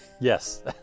Yes